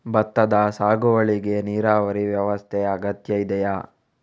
ಭತ್ತದ ಸಾಗುವಳಿಗೆ ನೀರಾವರಿ ವ್ಯವಸ್ಥೆ ಅಗತ್ಯ ಇದೆಯಾ?